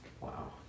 Wow